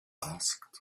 asked